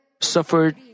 suffered